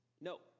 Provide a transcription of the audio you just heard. No